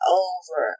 over